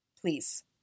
Please